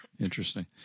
Interesting